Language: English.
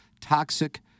toxic